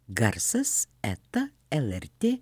garsas eta lrt